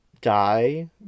die